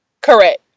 Correct